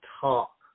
talk